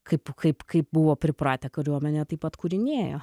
kaip kaip kaip buvo pripratę kariuomenėje taip atkūrinėjo